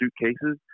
suitcases